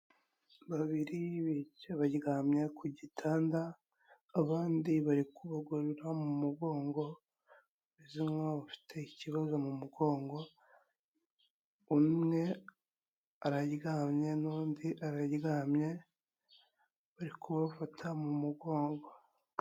Babiri baryamye ku gitanda, abandi bari kubagorora mu mugongo, bameze nkaho bafite ikibazo mu mugongo, umwe araryamye n'undi araryamye, bari kubafata mu mugongo.